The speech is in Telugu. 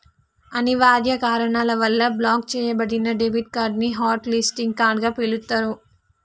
అనివార్య కారణాల వల్ల బ్లాక్ చెయ్యబడిన డెబిట్ కార్డ్ ని హాట్ లిస్టింగ్ కార్డ్ గా పిలుత్తరు